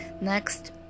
Next